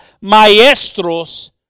maestros